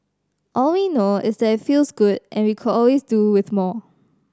all we know is that it feels good and we could always do with more